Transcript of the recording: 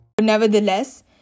Nevertheless